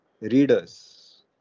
Readers